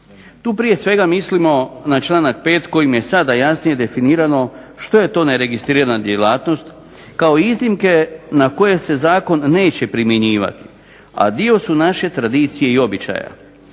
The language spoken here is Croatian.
Tu prije svega mislimo na članak 5. kojim je sada jasnije definirano što je to neregistrirana djelatnost kao iznimke na koje se zakon neće primjenjivati, a dio su naše tradicije i običaja.